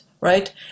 right